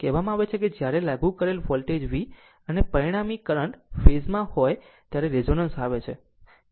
કહેવામાં આવે છે કે જ્યારે લાગુ કરેલ વોલ્ટેજ V અને પરિણામી કરંટ I ફેઝમાં ત્યારે એક રેઝોનન્સ આવે છે